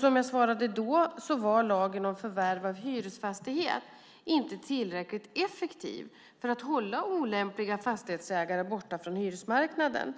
Som jag svarade då var lagen om förvärv av hyresfastighet inte tillräckligt effektiv för att hålla olämpliga fastighetsägare borta från hyresmarknaden.